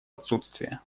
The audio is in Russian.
отсутствие